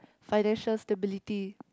financial stability